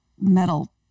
metal